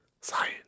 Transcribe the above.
science